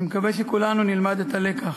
אני מקווה שכולנו נלמד את הלקח.